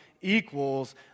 equals